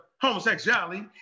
homosexuality